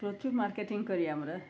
প্রচুর মার্কেটিং করি আমরা